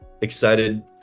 excited